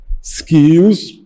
skills